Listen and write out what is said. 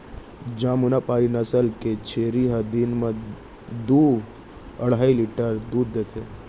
जमुनापारी नसल के छेरी ह दिन म दू अढ़ाई लीटर दूद देथे